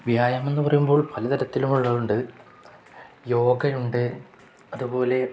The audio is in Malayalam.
വ്യായാമമെന്നു പറയുമ്പോൾ പലതരത്തിലുമുള്ളതുണ്ട് യോഗയുണ്ട് അതുപോലെ